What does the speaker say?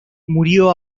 murió